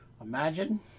imagine